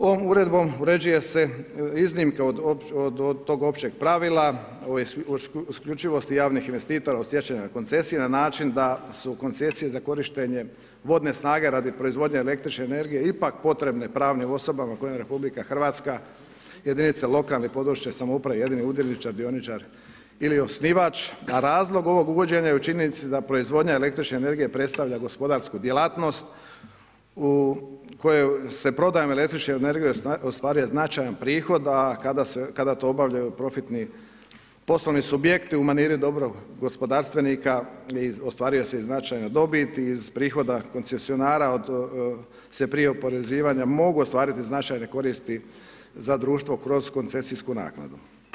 Ovom Uredbom uređuje se iznimka od tog općeg pravila, isključivosti javnih investitora od stjecanja koncesije na način da su koncesije za korištenje vodne snage radi proizvodnje električne energije ipak potrebne pravnim osobama kojima RH, jedinice lokalne i područne samouprave jedini dioničar ili osnivač, a razlog ovog uvođenja je u činjenici da proizvodnja električne energije predstavlja gospodarsku djelatnost u kojoj se prodajom električne energije ostvaruje značajan prihod, a kada to obavljaju profitni poslovni subjekti u maniri dobrog gospodarstvenika i ostvaruje se i značajna dobit iz prihoda koncesionara od se prije oporezivanja mogu ostvariti značajne koristi za društvo kroz koncesijsku naknadu.